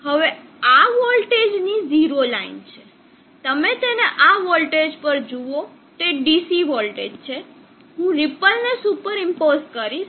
હવે આ વોલ્ટેજ ની ઝીરો લાઈન છે તમે તેને આ વોલ્ટેજ પર જુઓ તે DC વોલ્ટેજ છે હું રીપલને સુપર ઈમ્પોસ કરીશ